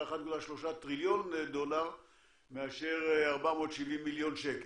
1.3 טריליון דולר מאשר 470 מיליון שקל,